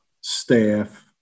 staff